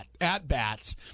at-bats